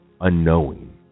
unknowing